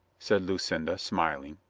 said lucinda, smiling.